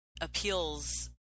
appeals